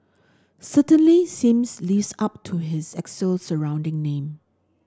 certainly seems lives up to its elixir sounding name